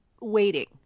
waiting